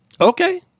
okay